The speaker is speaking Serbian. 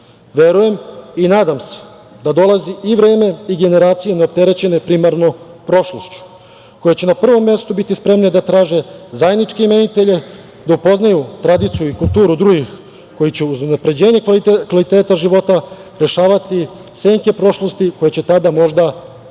Verujem i nadam se da dolazi i vreme i generacije neopterećene primarno prošlošću koje će na prvom mestu biti spremna da traže zajedničke imenitelje, da upoznaju tradiciju i kulturu drugih koji će uz unapređenje kvaliteta života rešavati senke prošlosti koje će tada možda izgledati